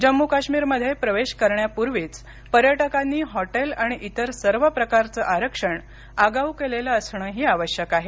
जम्मू काश्मीर मध्ये प्रवेश करण्यापूर्वीच पर्यटकांनी हॉटेल आणि इतर सर्व प्रकारचं आरक्षण आगाऊ केलेलं असणंही आवश्यक आहे